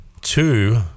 two